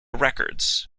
records